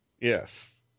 Yes